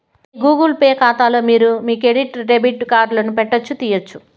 మీ Google pay కాతాలో మీరు మీ క్రెడిట్ డెబిట్ కార్డులను పెట్టొచ్చు, తీయొచ్చు